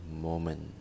moment